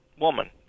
woman